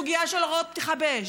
בסוגיה של הוראות פתיחה באש,